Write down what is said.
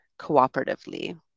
cooperatively